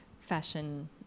fashion